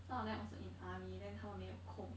some of them also in the army then 他们没有空